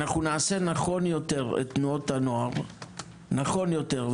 אנחנו נעשה את תנועות הנוער נכון יותר,